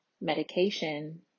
medication